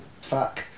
fuck